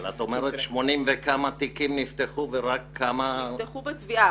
אבל את אומרת ש-80 נפתחו ורק כמה --- נפתחו בתביעה.